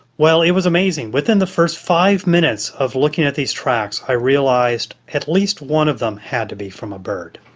well, it was amazing. within the first five minutes of looking at these tracks i realised at least one of them had to be from a bird,